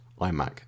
iMac